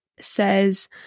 says